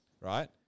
right